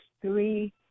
three